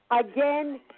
Again